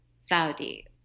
Saudi